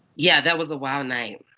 yeah. that was a wild night.